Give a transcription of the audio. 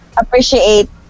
appreciate